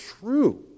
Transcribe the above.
true